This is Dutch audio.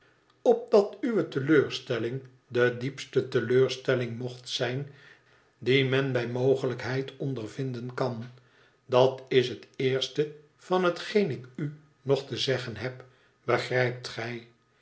opdat uwe teleurstelling de diepste teleurstelling mocht zijn die men bij mogelijkheid ondervinden kan dat is het eerste van hetgeen ik u nogte zeggen heb begrijpt gij